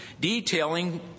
detailing